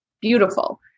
beautiful